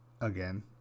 Again